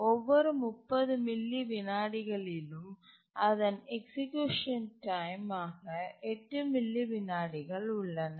ஒவ்வொரு 30 மில்லி விநாடிகளிலும் அதன் எக்சீக்யூசன் டைம் ஆக 8 மில்லி விநாடிகள் உள்ளன